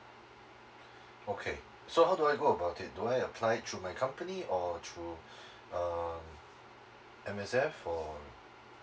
okay so how do I go about it do I apply it through my company or through um M_S_F or